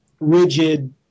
rigid